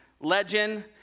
legend